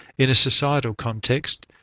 in a societal context,